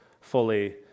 fully